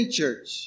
church